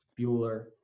Bueller